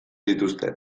dituzte